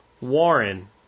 Warren